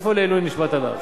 איפה לעילוי נשמת הלך?